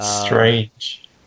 Strange